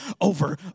over